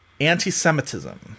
anti-semitism